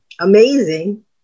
amazing